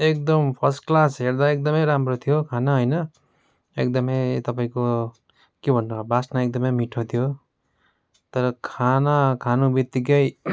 एकदम first class हेर्दा एकदमै राम्रो थियो खाना होइन एकदमै तपाईँको के भन्नु अब वासना एकदमै मिठो थियो तर खाना खाने बितिक्कै